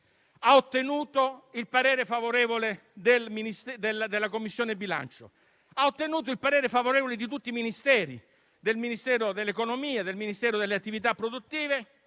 ha ottenuto il parere favorevole della Commissione bilancio, ha ottenuto il parere favorevole del Ministero dell'economia e del Ministero delle attività produttive,